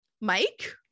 Mike